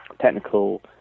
technical